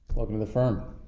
welcome to the firm.